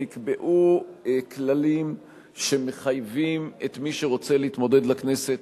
נקבעו כללים שמחייבים את מי שרוצה להתמודד לכנסת